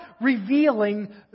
revealing